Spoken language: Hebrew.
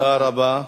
תודה רבה.